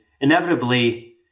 inevitably